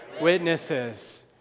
witnesses